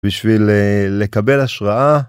בשביל לקבל השראה.